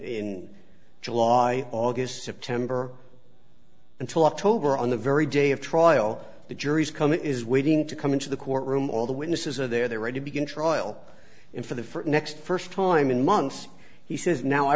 in july august september until october on the very day of trial the jury's come is waiting to come into the courtroom all the witnesses are there ready begin trial in for the next first time in months he says now i